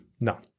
No